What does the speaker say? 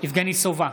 יבגני סובה,